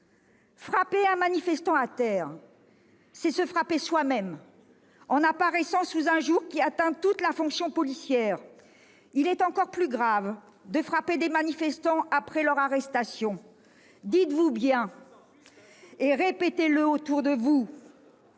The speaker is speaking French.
Frapper un manifestant à terre, c'est se frapper soi-même en apparaissant sous un jour qui atteint toute la fonction policière. [...] Il est encore plus grave de frapper des manifestants après leur arrestation. [...] Dites-vous bien et répétez-le autour de vous